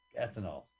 ethanol